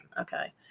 Okay